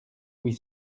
huit